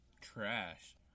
Trash